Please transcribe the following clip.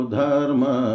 dharma